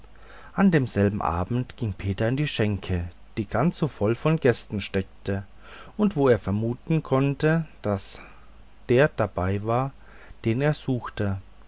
an demselben abend ging peter in die schenke die ganz voll von gästen steckte und wo er vermuten konnte daß der dabei war den er suchte